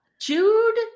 Jude